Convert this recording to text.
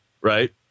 right